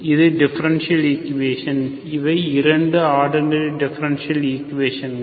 இது differential equation இவை 2 ordinary differential ஈக்குவேஷன்கள்